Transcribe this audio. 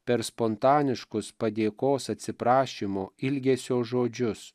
per spontaniškus padėkos atsiprašymo ilgesio žodžius